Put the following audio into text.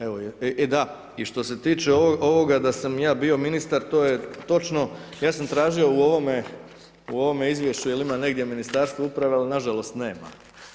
E da, i što se tiče ovoga da sam ja bio ministar, to je točno, ja sam tražio u ovome izvješću jel' ima negdje Ministarstvo uprave ali nažalost nema.